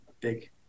big